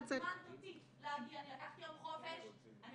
אני